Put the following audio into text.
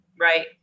right